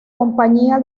compañía